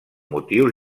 motius